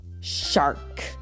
shark